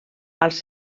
als